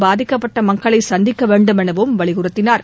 பாதிக்கப்பட்ட மக்களை சந்திக்க வேண்டும் எனவும் வலியுறுத்தினார்